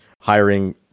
hiring